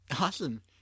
Awesome